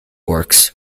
works